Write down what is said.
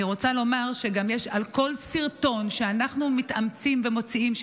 אני רוצה לומר גם שעל כל סרטון שאנחנו מתאמצים ומוציאים,